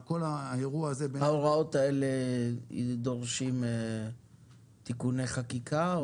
כל האירוע הזה --- ההוראות האלה דורשות תיקוני חקיקה?